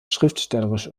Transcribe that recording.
schriftstellerisch